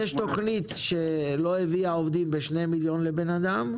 יש תוכנית שלא הביאה עובדים ב-2 מיליון לבן אדם,